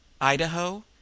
Idaho